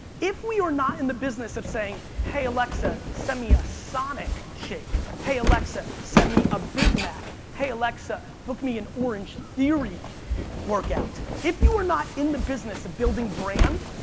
if we are not in the business of saying, hey, alexa, send me a sonic shake, hey, alexa, send me a big mac, hey, alexa, book me an orange theory workout, if you are not in the business of building brand,